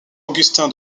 agustín